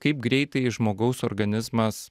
kaip greitai žmogaus organizmas